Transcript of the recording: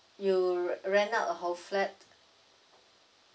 you r~ rent out a whole flat